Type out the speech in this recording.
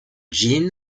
jin